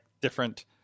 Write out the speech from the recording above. different